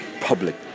public